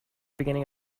beginning